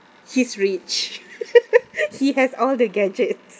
he's rich he has all the gadgets